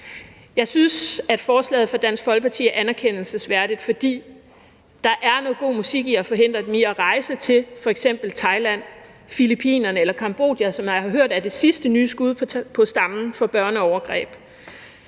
Jeg synes, at forslaget fra Dansk Folkeparti er anerkendelsesværdigt, fordi der er god musik i at forhindre dem i at rejse til f.eks. Thailand, Filippinerne eller Cambodia, som jeg har hørt er det sidste nye skud på stammen i forhold til børneovergreb.